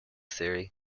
theory